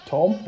Tom